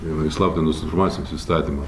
įslaptintos informacijos įstatymą